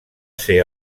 ser